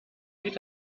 lied